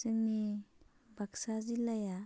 जोंनि बाक्सा जिल्लाया